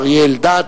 אריה אלדד,